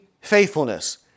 faithfulness